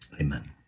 Amen